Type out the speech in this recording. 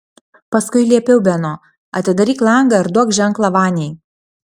paskui liepiau beno atidaryk langą ir duok ženklą vaniai